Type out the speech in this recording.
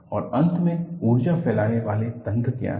और अंत में ऊर्जा फैलाने वाले तंत्र क्या हैं